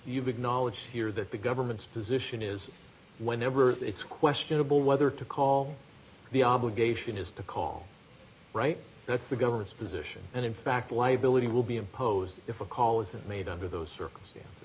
you big knowledge here that the government's position is whenever it's questionable whether to call the obligation is to call right that's the government's position and in fact liability will be imposed if a call isn't made under those circumstances